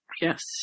Yes